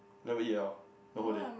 never eat at all the whole day